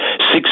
Six